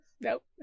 Nope